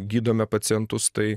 gydome pacientus tai